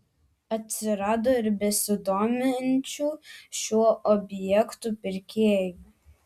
atsirado ir besidominčių šiuo objektu pirkėjų